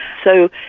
so,